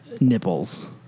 nipples